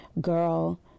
girl